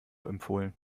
empfohlen